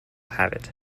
habit